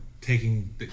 taking